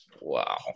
Wow